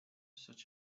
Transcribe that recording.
such